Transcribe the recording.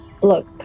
Look